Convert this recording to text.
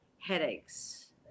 headaches